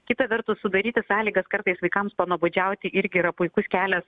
kita vertus sudaryti sąlygas kartais vaikams panuobodžiauti irgi yra puikus kelias